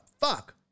Fuck